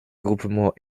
groupement